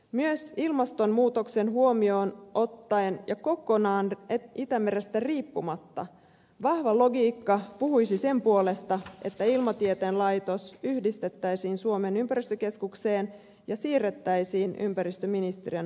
myös ilmastonmuutos huomioon ottaen ja kokonaan itämerestä riippumatta vahva logiikka puhuisi sen puolesta että ilmatieteen laitos yhdistettäisiin suomen ympäristökeskukseen ja siirrettäisiin ympäristöministeriön hallinnonalaan